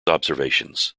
observations